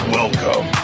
welcome